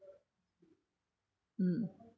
mm